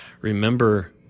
remember